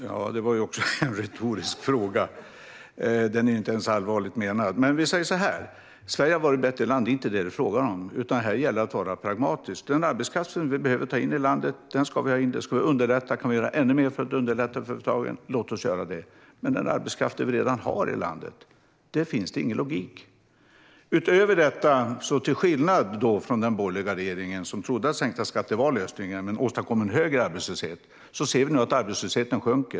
Herr talman! Det var en retorisk fråga. Den är inte ens allvarligt menad. Vi säger så här: Det är inte fråga om huruvida Sverige hade varit ett bättre land. Här gäller det att vara pragmatisk. Den arbetskraft som vi behöver ta in i landet ska vi ha in. Det ska vi underlätta. Om vi kan göra ännu mer för att underlätta för företagen - låt oss göra det! Men om det gäller arbetskraft som vi redan har i landet finns det ingen logik. Utöver detta: Till skillnad från under den borgerliga regeringen, då man trodde att sänkta skatter var lösningen men åstadkom en högre arbetslöshet, ser vi nu att arbetslösheten sjunker.